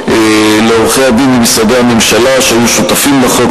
לעורכי-הדין ממשרדי הממשלה שהיו שותפים לחוק,